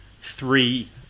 three